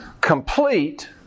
complete